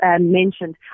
mentioned